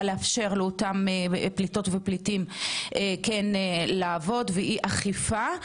לאפשר לאותם פליטות ופליטים לעבוד ואי אכיפה.